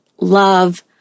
love